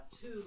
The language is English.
two